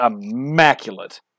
immaculate